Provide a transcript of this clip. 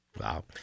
Wow